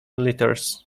litres